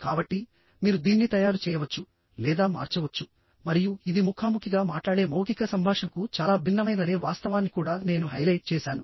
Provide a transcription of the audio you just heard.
కాబట్టిమీరు దీన్ని తయారు చేయవచ్చు లేదా మార్చవచ్చు మరియు ఇది ముఖాముఖిగా మాట్లాడే మౌఖిక సంభాషణకు చాలా భిన్నమైనదనే వాస్తవాన్ని కూడా నేను హైలైట్ చేసాను